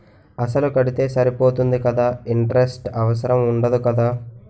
అసలు కడితే సరిపోతుంది కదా ఇంటరెస్ట్ అవసరం ఉండదు కదా?